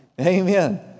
Amen